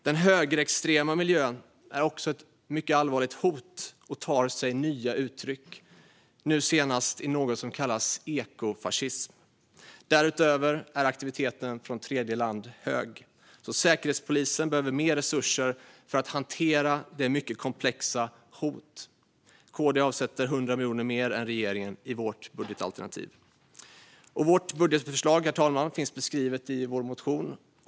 Den högerextrema miljön är också ett allvarligt hot och tar sig nya uttryck, nu senast i något som kallas ekofascism. Därutöver är aktiviteten från tredjeland hög. Säkerhetspolisen behöver därför mer resurser för att hantera dessa mycket komplexa hot. Kristdemokraterna avsätter 100 miljoner mer än regeringen i vårt budgetalternativ. Vårt budgetförslag, herr talman, finns beskrivet i vår motion.